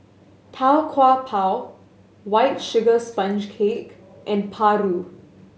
Tau Kwa Pau White Sugar Sponge Cake and paru